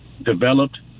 developed